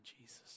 Jesus